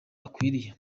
akwiriye